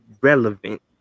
relevant